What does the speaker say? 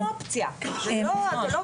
זה רק נותן אופציה, זה לא מחייב.